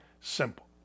simple